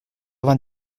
vingt